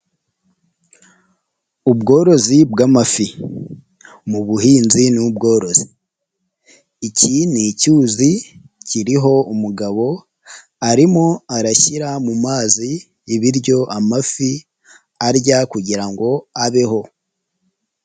Ubworozi bw'amafi. Mu buhinzi n'ubworozi. Iki ni icyuzi kiriho umugabo arimo arashyira mu mazi ibiryo amafi arya kugira ngo abeho.